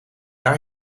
daar